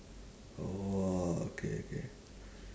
oh !wah! okay okay